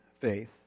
faith